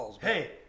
Hey